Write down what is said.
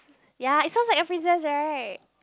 ya it sounds like a princess right